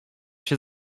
cię